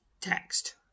text